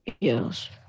Yes